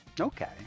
Okay